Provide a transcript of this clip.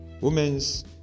women's